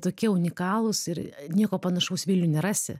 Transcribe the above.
tokie unikalūs ir nieko panašaus vilniuj nerasi